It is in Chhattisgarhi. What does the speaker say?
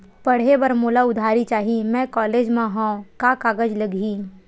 पढ़े बर मोला उधारी चाही मैं कॉलेज मा हव, का कागज लगही?